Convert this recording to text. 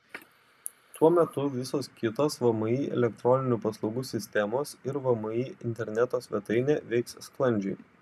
tuo metu visos kitos vmi elektroninių paslaugų sistemos ir vmi interneto svetainė veiks sklandžiai